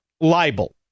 libel